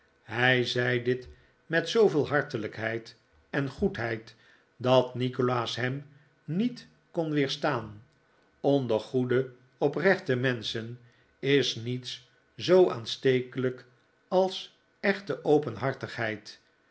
hij zei dit met zooveel hartelijkheid en goedheid dat nikolaas hem niet kon weerstaan onder goede oprechte menschen is niets zoo aanstekelijk als echte